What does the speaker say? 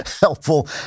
helpful